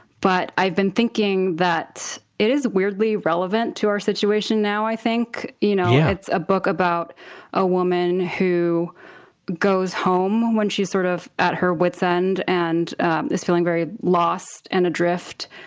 but i've been thinking that it is weirdly relevant to our situation now, now, i think. you know yeah it's a book about a woman who goes home when she's sort of at her wit's end and is feeling very lost and adrift,